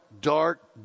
dark